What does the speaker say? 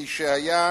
מי שהיה